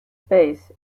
bays